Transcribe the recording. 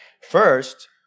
First